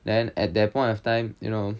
then at that point of time you know